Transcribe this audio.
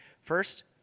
First